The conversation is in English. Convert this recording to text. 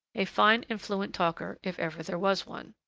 a fine and fluent talker, if ever there was one.